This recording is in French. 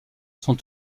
sont